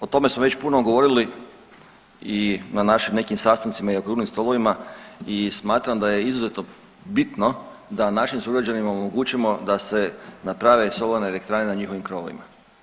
O tome smo već puno govorili i na našim nekim sastancima i okruglim stolovima i smatram da je izuzetno bitno da našim sugrađanima omogućimo da se naprave solarne elektrane na njihovim krovovima.